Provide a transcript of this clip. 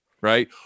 right